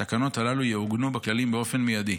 התקנות הללו יעוגנו בכללים באופן מיידי.